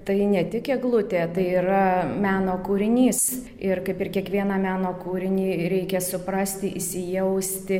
tai ne tik eglutė tai yra meno kūrinys ir kaip ir kiekvieną meno kūrinį reikia suprasti įsijausti